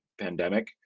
pandemic